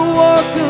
walk